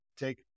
take